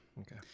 Okay